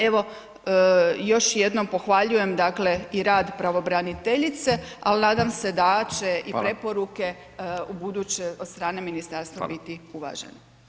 Evo, još jednom pohvaljujem dakle i rad pravobraniteljice, ali nadam se da će i [[Upadica: Hvala.]] preporuke ubuduće od strane ministarstva biti uvažene.